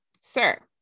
Sir